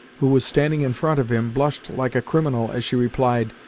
who was standing in front of him, blushed like a criminal as she replied,